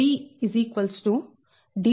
Dab D2